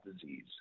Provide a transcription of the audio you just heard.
disease